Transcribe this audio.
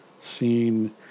seen